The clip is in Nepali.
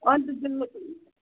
अन्त त्यो